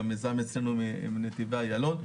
מיזם עם נתיבי איילון,